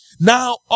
now